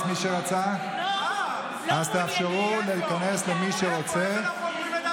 אתם לא רוצים שנהיה כאן, לצאת ולא לחזור.